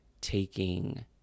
taking